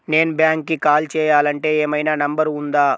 నేను బ్యాంక్కి కాల్ చేయాలంటే ఏమయినా నంబర్ ఉందా?